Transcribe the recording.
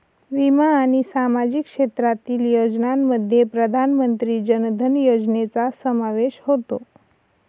विमा आणि सामाजिक क्षेत्रातील योजनांमध्ये प्रधानमंत्री जन धन योजनेचा समावेश होतो